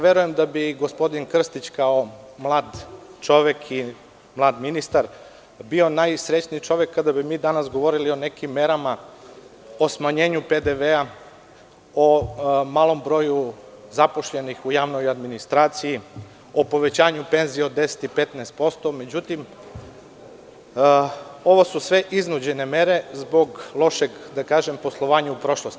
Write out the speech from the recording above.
Verujem da bi gospodin Krstić, kao mlad čovek, mlad ministar, bio najsrećniji čovek kada bi mi danas govorili o nekim merama: o smanjenju PDV-a, o malom broju zaposlenih u javnoj administraciji, o povećanju penzija za 10 do 15%, međutim, ovo su sve iznuđene mere zbog lošeg poslovanja u prošlosti.